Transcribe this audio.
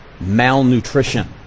malnutrition